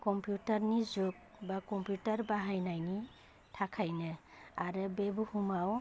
computer नि जुग बा कम्पिउटार बाहायनायनि थाखायनो आरो बे बुहुमाव